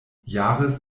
jahres